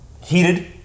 heated